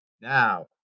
Now